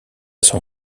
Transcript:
son